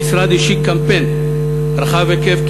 המשרד השיק קמפיין רחב היקף,